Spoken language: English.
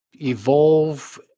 evolve